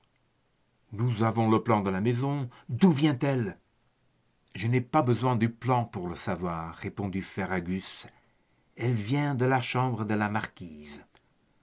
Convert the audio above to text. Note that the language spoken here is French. nous avons le plan de la maison d'où vient-elle je n'ai pas besoin du plan pour le savoir répondit ferragus elle vient de la chambre de la marquise